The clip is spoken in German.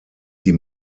die